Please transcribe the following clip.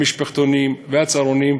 המשפחתונים והצהרונים,